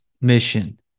mission